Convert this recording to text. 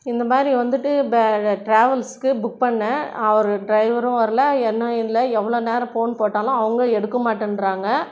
இந்தமாதிரி வந்துட்டு இப்போ டிராவல்ஸுக்கு புக் பண்ணேன் அவர் ட்ரைவரும் வரல என்னும் இல்லை எவ்வளோ நேரம் ஃபோன் போட்டாலும் அவங்க எடுக்க மாட்டேன்றாங்க